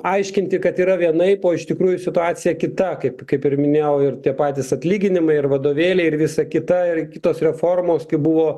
aiškinti kad yra vienaip o iš tikrųjų situacija kita kaip kaip ir minėjau ir tie patys atlyginimai ir vadovėliai ir visa kita ir kitos reformos kai buvo